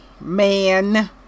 man